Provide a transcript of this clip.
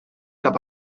cap